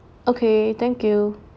okay thank you